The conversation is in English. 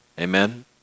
Amen